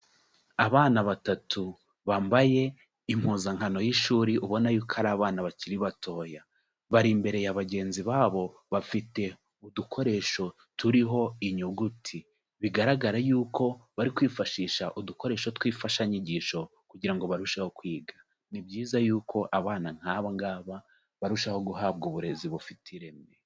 Abana batatu bambaye impuzankano y'ishuri ubona yuko ari abana bakiri batoya, bari imbere ya bagenzi babo bafite udukoresho turiho inyuguti, bigaragara yuko bari kwifashisha udukoresho tw'imfashanyigisho kugira ngo barusheho kwiga, ni byiza yuko abana nk'aba ngaba barushaho guhabwa uburezi bufite ireme.